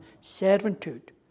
servitude